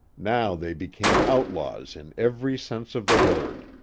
now they became outlaws in every sense of the word.